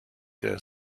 der